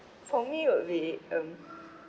for me will be um